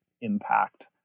impact